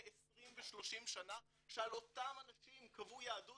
20 ו-30 שנה שעל אותם אנשים קבעו יהדות